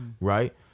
right